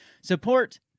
Support